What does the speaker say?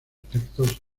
efectos